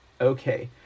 Okay